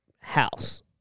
house